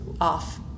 off